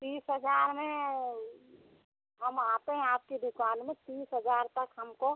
तीस हजार में हम आते हैं आपकी दुकान में तीस हजार तक हमको